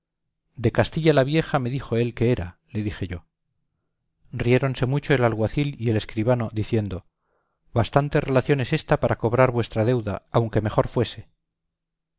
de castilla la vieja me dijo él que era le dije yo riéronse mucho el alguacil y el escribano diciendo bastante relación es ésta para cobrar vuestra deuda aunque mejor fuese